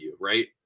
right